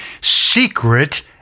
secret